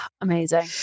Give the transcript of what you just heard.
Amazing